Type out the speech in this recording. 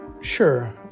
sure